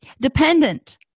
Dependent